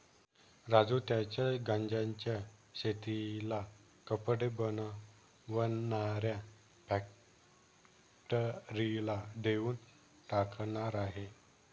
राजू त्याच्या गांज्याच्या शेतीला कपडे बनवणाऱ्या फॅक्टरीला देऊन टाकणार आहे